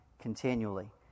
continually